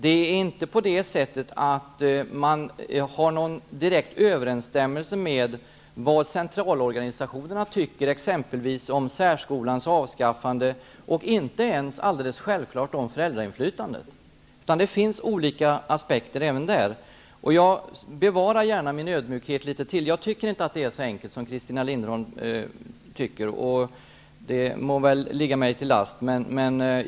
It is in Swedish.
Det finns inte någon direkt överensstämmelse med centralorganisationernas åsikter om särskolans avskaffande och om föräldrainflytande, utan även här finns olika aspekter med i bilden. Jag bevarar gärna min ödmjukhet litet till. Det är inte så enkelt som Christina Linderholm säger, och det må väl ligga mig till last.